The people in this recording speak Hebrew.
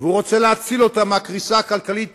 הוא רוצה להציל אותה מהקריסה הכלכלית